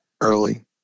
early